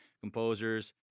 composers